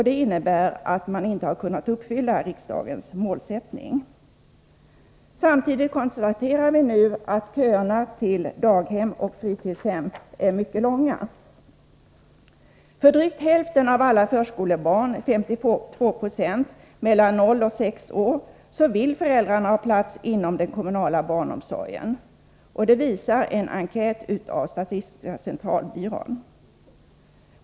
Det innebär att man inte har kunnat uppfylla riksdagens målsättning. Samtidigt konstaterar vi nu att köerna till daghem och fritidshem är mycket långa. För drygt hälften av alla förskolebarn, 52 20, mellan 0 och 6 år vill föräldrarna ha plats inom den kommunala barnomsorgen. Det visar en enkät av statistiska centralbyrån.